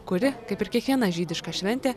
kuri kaip ir kiekviena žydiška šventė